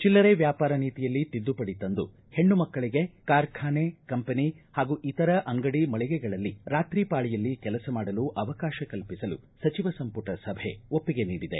ಚಿಲ್ಲರೆ ವ್ಯಾಪಾರ ನೀತಿಯಲ್ಲಿ ತಿದ್ದುಪಡಿ ತಂದು ಹೆಣ್ಣು ಮಕ್ಕಳಿಗೆ ಕಾರ್ಖಾನೆ ಕಂಪೆನಿ ಹಾಗೂ ಇತರ ಅಂಗಡಿ ಮಳಿಗೆಗಳಲ್ಲಿ ರಾತ್ರಿ ಪಾಳಿಯಲ್ಲಿ ಕೆಲಸ ಮಾಡಲು ಅವಕಾತ ಕಲ್ಪಿಸಲು ಸಚಿವ ಸಂಪುಟ ಒಪ್ಪಿಗೆ ನೀಡಿದೆ